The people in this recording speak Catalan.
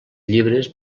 llibres